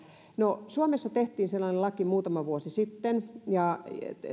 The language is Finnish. no suomessa tehtiin sellainen laki muutama vuosi sitten ja